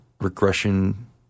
regression